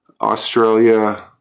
Australia